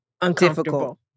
uncomfortable